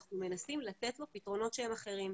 אנחנו מנסים לתת לו פתרונות שהם אחרים,